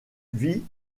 vit